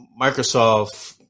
Microsoft